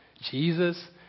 Jesus